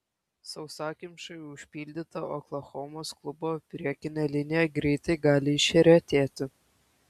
sausakimšai užpildyta oklahomos klubo priekinė linija greitai gali išretėti